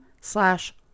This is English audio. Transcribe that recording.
slash